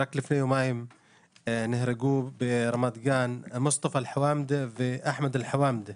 רק לפני יומיים נהרגו ברמת גן מוסטפא אלחואמדה ואחמד אלחואמדה